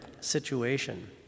situation